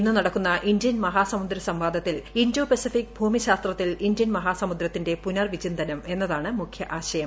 ഇന്ന് നടക്കുന്ന ഇന്ത്യൻ മഹാസമുദ്ര സംവാദത്തിൽ ഇന്തോ പസഫിക് ഭൂമിശാസ്ത്രത്തിൽ ഇന്ത്യൻ മഹാസമുദ്രത്തിന്റെ പൂനർ വിചിന്തനം എന്നതാണ് മുഖ്യ ആശയം